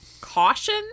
Caution